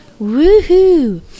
Woohoo